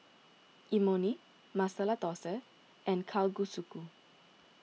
Imoni Masala Dosa and Kalguksu